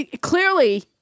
clearly